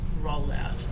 rollout